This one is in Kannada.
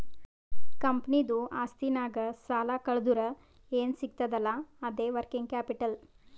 ಕಂಪನಿದು ಆಸ್ತಿನಾಗ್ ಸಾಲಾ ಕಳ್ದುರ್ ಏನ್ ಸಿಗ್ತದ್ ಅಲ್ಲಾ ಅದೇ ವರ್ಕಿಂಗ್ ಕ್ಯಾಪಿಟಲ್